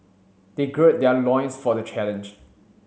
they gird their loins for the challenge